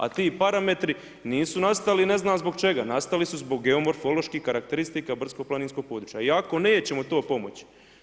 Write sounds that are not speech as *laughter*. A ti parametri nisu nastali ne znam zbog čeka, nastali su zbog geomorfoloških karakteristika brdsko-planinskog područja iako ... *unintelligible* to pomoći.